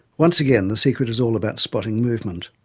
once again, the secret is all about spotting movement.